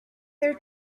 their